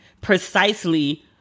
precisely